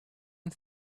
and